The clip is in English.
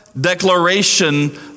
declaration